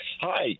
Hi